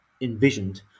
envisioned